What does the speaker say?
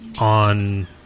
on